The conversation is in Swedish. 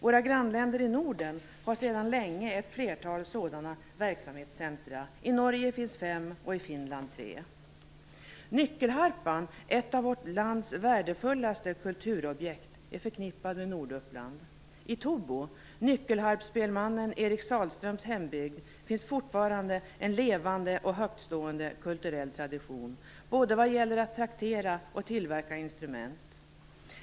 Våra grannländer i Norden har sedan länge ett flertal sådana verksamhetscenter. I Norge finns fem och i Nyckelharpan, ett av vårt lands värdefullaste kulturobjekt, är förknippad med Norduppland. I Tobo, nyckelharpsspelmannen Eric Sahlströms hembygd, finns fortfarande en levande och högtstående kulturell tradition, både vad gäller att traktera och att tillverka instrument.